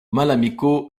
malamiko